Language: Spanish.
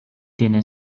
tiene